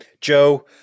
Joe